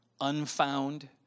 unfound